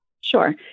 Sure